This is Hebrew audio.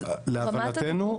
להבנתנו,